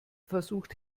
versucht